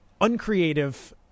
uncreative